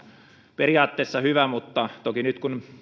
periaatteessa hyvä mutta toki nyt kun